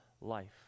life